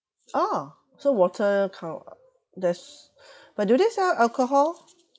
orh so water count there's but do they sell alcohol